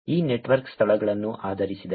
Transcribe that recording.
ಈ ನೆಟ್ವರ್ಕ್ ಸ್ಥಳಗಳನ್ನು ಆಧರಿಸಿದೆ